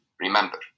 Remember